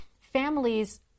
families